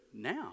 now